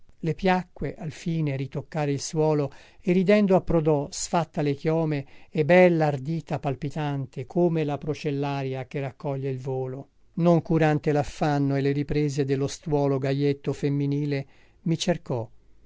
le piacque alfine ritoccare il suolo e ridendo approdò sfatta le chiome e bella ardita palpitante come la procellaria che raccoglie il volo non curante laffanno e le riprese dello stuolo gaietto femminile mi cercò